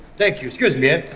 thank you, excuse me.